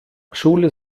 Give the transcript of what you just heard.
schule